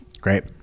Great